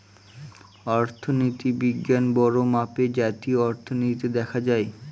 অর্থনীতি বিজ্ঞান বড়ো মাপে জাতীয় অর্থনীতিতে দেখা হয়